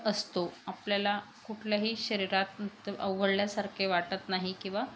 असतो आपल्याला कुठल्याही शरीरात अवघडल्यासारखे वाटत नाही किंवा